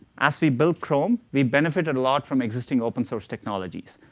as we built chrome, we benefited a lot from existing open source technologies.